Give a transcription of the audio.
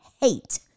hate